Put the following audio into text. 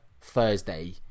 Thursday